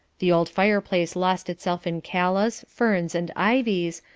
the old fireplace lost itself in callas, ferns, and ivies,